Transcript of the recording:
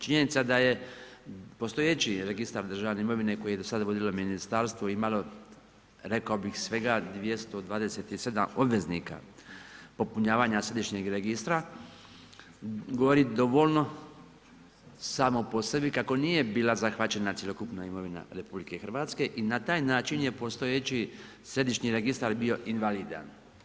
Činjenica da je, postojeći registar državne imovine koju je do sada vodilo ministarstvo imalo, rekao bih svega 227 obveznika popunjavanja središnjeg registra govori dovoljno samo po sebi kako nije bila zahvaćena cjelokupna imovina RH i na taj način je postojeći Središnji registar bio invalidan.